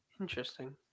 Interesting